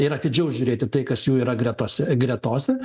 ir atidžiau žiūrėt į tai kas jų yra gretose gretose